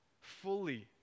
fully